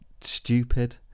Stupid